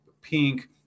pink